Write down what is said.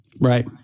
Right